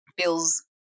feels